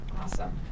Awesome